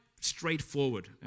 straightforward